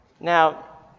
Now